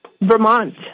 Vermont